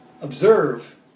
Observe